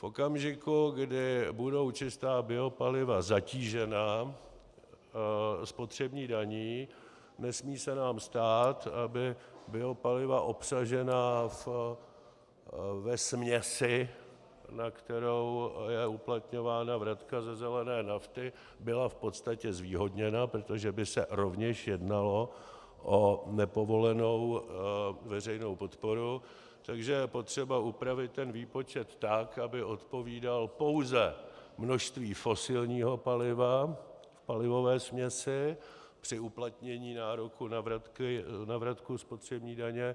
V okamžiku, kdy budou čistá biopaliva zatížena spotřební daní, nesmí se nám stát, aby biopaliva obsažená ve směsi, na kterou je uplatňována vratka ze zelené nafty, byla v podstatě zvýhodněna, protože by se rovněž jednalo o nepovolenou veřejnou podporu, takže je potřeba upravit výpočet tak, aby odpovídal pouze množství fosilního paliva v palivové směsi při uplatnění nároku na vratku spotřební daně.